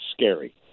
scary